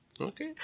Okay